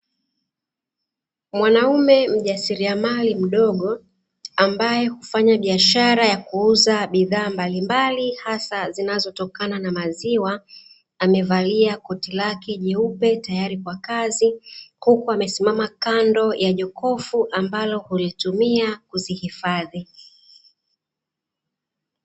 Mwanaume mjasiriamali mdogo ambaye hufanya biashara ya kuuza bidhaa mbalimbali hasa zinazotokana na maziwa, amevalia koti lake jeupe tayari kwa kazi, huku amesimama kando ya jokofu ambalo hulitumia kuzihifadhi.